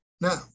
Now